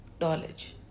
knowledge